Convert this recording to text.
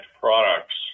products